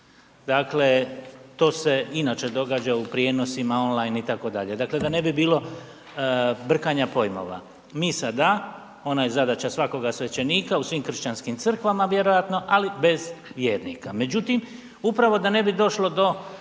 Dakle, to se inače događa u prijenosima online itd., dakle da ne bi bilo brkanja pojmova. Misa da, ona je zadaća svakoga svećenika u svim kršćanskim crkvama vjerojatno, ali bez vjernika.